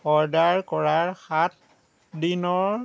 order কৰাৰ সাতদিনৰ